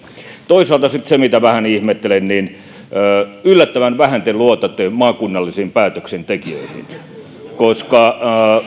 toisaalta sitten se mitä vähän ihmettelen yllättävän vähän te luotatte maakunnallisiin päätöksentekijöihin